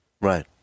Right